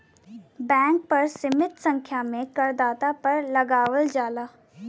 bank कर सीमित संख्या में करदाता पर लगावल जाला